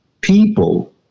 people